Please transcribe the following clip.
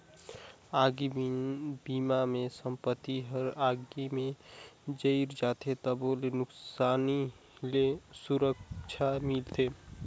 आगी बिमा मे संपत्ति हर आगी मे जईर जाथे तबो ले नुकसानी ले सुरक्छा मिलथे